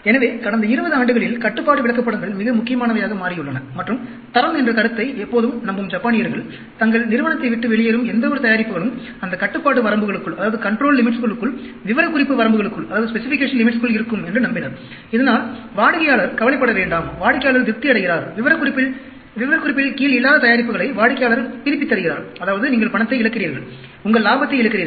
எனவே கடந்த 20 ஆண்டுகளில் கட்டுப்பாடு விளக்கப்படங்கள் மிக முக்கியமானவையாக மாறியுள்ளன மற்றும் தரம் என்ற கருத்தை எப்போதும் நம்பும் ஜப்பானியர்கள் தங்கள் நிறுவனத்தை விட்டு வெளியேறும் எந்தவொரு தயாரிப்புகளும் அந்த கட்டுப்பாட்டு வரம்புகளுக்குள் விவரக்குறிப்பு வரம்புகளுக்குள் இருக்கும் என்று நம்பினர் இதனால் வாடிக்கையாளர் கவலைப்பட வேண்டாம் வாடிக்கையாளர் திருப்தி அடைகிறார் விவரக்குறிப்பில் கீழ் இல்லாத தயாரிப்புகளை வாடிக்கையாளர் திருப்பித் தருகிறார் அதாவது நீங்கள் பணத்தை இழக்கிறீர்கள் உங்கள் லாபத்தை இழக்கிறீர்கள்